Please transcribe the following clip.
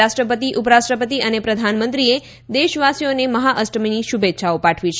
રાષ્ટ્રપતિ ઉપરાષ્ટ્રપતિ અને પ્રધાનમંત્રીએ દેશવાસીઓને મહાઅષ્ટમીની શુભેચ્છાઓ પાઠવી છે